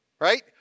right